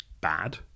bad